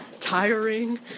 tiring